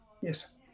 Yes